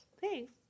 Thanks